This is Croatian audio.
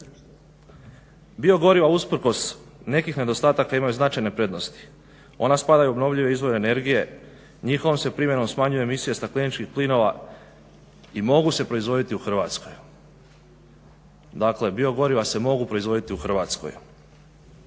Biogoriva usprkos nekih nedostataka imaju značajne prednosti, ona spadaju u obnovljive izvore energije, njihovom se primjenom smanjuje emisija stakleničkih plinova i mogu se proizvoditi u Hrvatskoj. Dakle, biogoriva se mogu proizvoditi u Hrvatskoj.